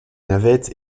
navettes